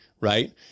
right